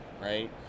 right